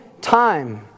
time